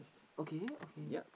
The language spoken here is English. okay okay